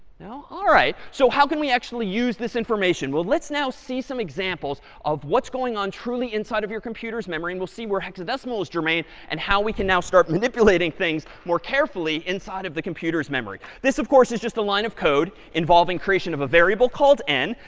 no, all right. so how can we actually use this information? well let's now see some examples of what's going on truly inside of your computer's memory. and we'll see where hexadecimal is germane and how we can now start manipulating things more carefully inside of the computer's memory. this of course, is just a line of code involving creation of a variable called n.